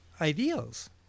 ideals